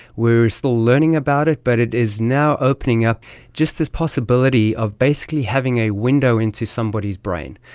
we are still learning about it but it is now opening up just this possibility of basically having a window into somebody's brain.